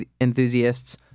Enthusiasts